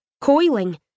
coiling